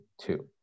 two